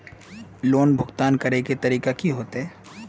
Loan भुगतान करे के तरीका की होते?